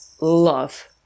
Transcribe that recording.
love